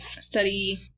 study